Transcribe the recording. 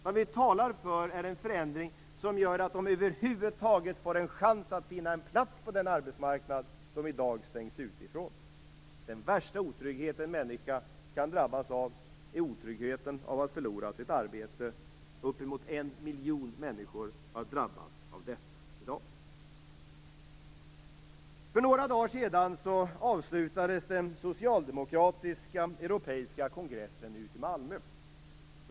Vad vi talar för är en förändring som gör att de över huvud taget får en chans att finna en plats på den arbetsmarknad som de i dag stängs ute från. Den värsta otrygghet en människa kan drabbas av är otryggheten av att förlora sitt arbete. Uppåt en miljon människor har drabbats av detta i dag. För några dagar sedan avslutades den socialdemokratiska europeiska kongressen i Malmö.